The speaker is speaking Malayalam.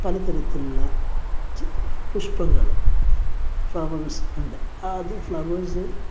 പല തരത്തിലുള്ള പുഷ്പങ്ങൾ ഫ്ലവേഴ്സ് ഉണ്ട് ആ അത് ഫ്ലവേഴ്സ്